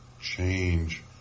change